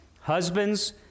Husbands